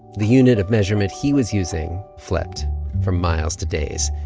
the unit of measurement he was using flipped from miles to days.